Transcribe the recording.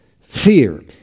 fear